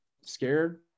scared